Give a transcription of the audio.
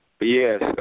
Yes